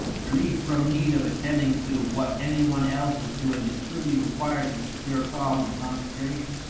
relief from need of attending to what any one else is doing is truly required to secure calm and concentration.